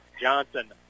Johnson